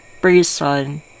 person